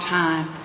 time